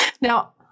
Now